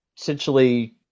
essentially